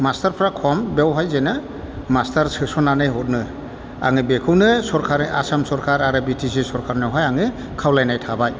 मास्टारफ्रा खम बेवहाय जेनो मास्टार सोसननानै हथनो आङो बेखौनो सारखार आसाम सरखार आरो बि टि सि सरखारनावहाय आङो खावलायनाय थाबाय